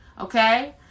okay